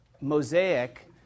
Mosaic